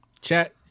Chat